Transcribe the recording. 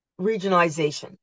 regionalization